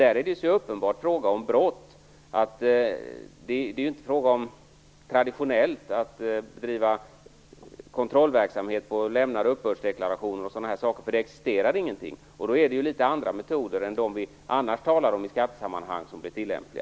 Där är det dock så uppenbart fråga om brott att det inte gäller att bedriva traditionell kontrollverksamhet på lämnade uppbördsdeklarationer o.d. - det existerar ingenting sådant. Då är det litet andra metoder än de som vi annars talar om i skattesammanhang som blir tillämpliga.